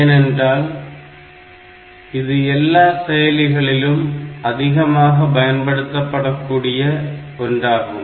ஏனென்றால் இது எல்லா செயலிகளிலும் அதிகமாக பயன்படுத்தக் கூடிய ஒன்றாகும்